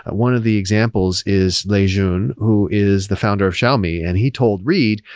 ah one of the examples is lei jun, who is the founder of xiaomi, and he told reid,